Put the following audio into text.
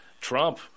Trump